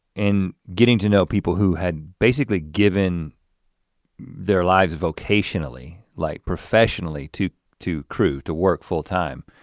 in getting to know people who had basically given their lives vocationally, like professionally, to to crew to work full-time,